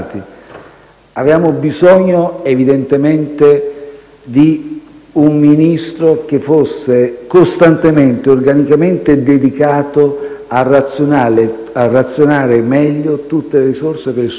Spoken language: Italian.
abbiamo bisogno evidentemente di un Ministro che fosse costantemente e organicamente dedicato a razionare meglio tutte le risorse per il Sud.